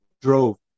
drove